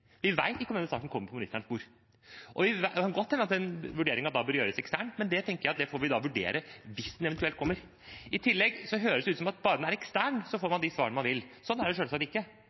Vi vet ikke om denne saken kommer på ministerens bord. Det kan godt hende at den vurderingen da bør gjøres eksternt, men jeg tenker at det får vi vurdere hvis den eventuelt kommer. I tillegg høres det ut som at bare den er ekstern, så får man de svarene man vil. Slik er det selvsagt ikke.